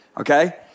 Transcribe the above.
okay